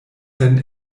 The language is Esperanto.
sen